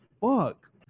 fuck